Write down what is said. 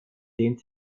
dehnt